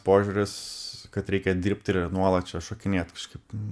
požiūris kad reikia dirbti ir nuolat čia šokinėt kažkaip